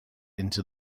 into